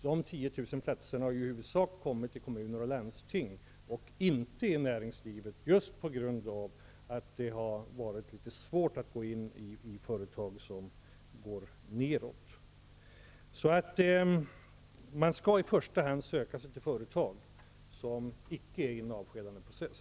De 10 000 platserna inom denna stödform har i huvudsak varit förlagda till kommuner och landsting, inte till näringslivet, just på grund av att det har varit litet svårt att gå in i företag som är på väg nedåt. Man skall alltså i första hand söka sig till företag som inte är inne i en avskedandeprocess.